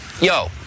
Yo